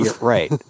Right